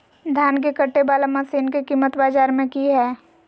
धान के कटे बाला मसीन के कीमत बाजार में की हाय?